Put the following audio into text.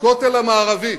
הכותל המערבי.